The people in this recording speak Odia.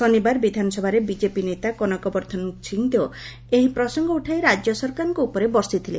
ଶନିବାର ବିଧାନସଭାରେ ବିଜେପି ନେତା କନକବର୍କ୍ଷନ ସିଂଦେେଓ ଏହି ପ୍ରସଙ୍ଙ ଉଠାଇ ରାଜ୍ୟ ସରକାରଙ୍କ ଉପରେ ବର୍ଷିଥିଲେ